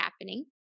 happening